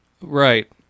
right